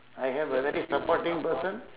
I have a very supporting person